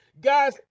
Guys